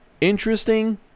interesting